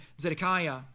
Zedekiah